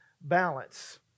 balance